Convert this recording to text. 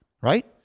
right